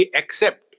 accept